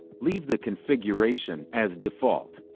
leave the configuration as default.